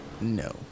No